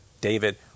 David